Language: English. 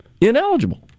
ineligible